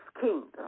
kingdom